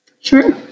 Sure